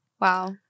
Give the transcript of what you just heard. Wow